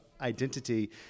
identity